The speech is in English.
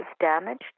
damaged